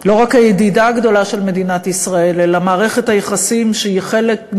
לא רק הידידה הגדולה של מדינת ישראל אלא מערכת היחסים עמה היא חלק,